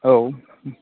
औ